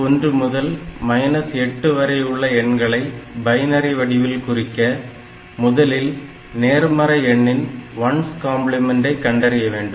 1 முதல் 8 வரையுள்ள எண்களை பைனரி வடிவில் குறிக்க முதலில் நேர்மறை எண்ணின் 1s கம்பிளிமென்டை 1s complement கண்டறிய வேண்டும்